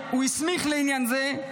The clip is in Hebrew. שהוא הסמיך לעניין זה,